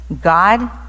God